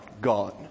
gone